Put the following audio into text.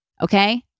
okay